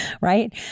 Right